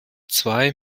zwei